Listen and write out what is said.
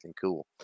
cool